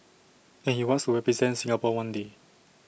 and he wants to represent Singapore one day